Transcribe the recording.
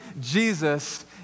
Jesus